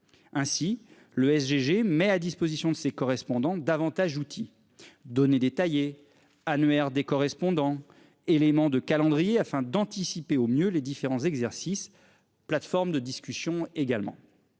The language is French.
Ainsi le SG met à disposition de ses. Davantage outils données détaillées Annuaire des correspondants, élément de calendrier afin d'anticiper au mieux les différents exercices. Plateforme de discussion également.